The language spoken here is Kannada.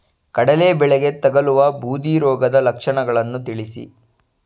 ಕಡಲೆ ಬೆಳೆಗೆ ತಗಲುವ ಬೂದಿ ರೋಗದ ಲಕ್ಷಣಗಳನ್ನು ತಿಳಿಸಿ?